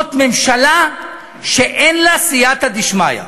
זאת ממשלה שאין לה סייעתא דשמיא.